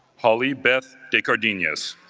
holly beth de cardenas